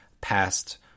past